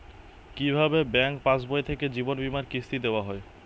কি ভাবে ব্যাঙ্ক পাশবই থেকে জীবনবীমার কিস্তি দেওয়া হয়?